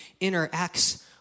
interacts